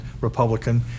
Republican